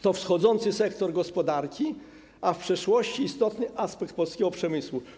To wschodzący sektor gospodarki, a w przeszłości istotny aspekt polskiego przemysłu.